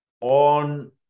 on